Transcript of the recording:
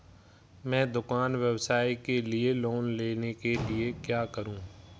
मैं दुकान व्यवसाय के लिए लोंन लेने के लिए क्या करूं?